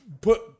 put